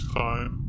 time